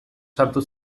sartu